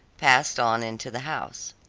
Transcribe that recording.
passed on into the house.